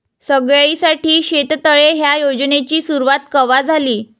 सगळ्याइसाठी शेततळे ह्या योजनेची सुरुवात कवा झाली?